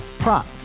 Prop